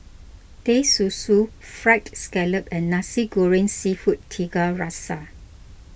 Teh Susu Fried Scallop and Nasi Goreng Seafood Tiga Rasa